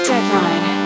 Deadline